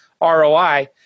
ROI